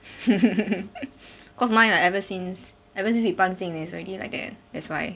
cause mine I ever since ever since we've 搬进 there's already like that that's why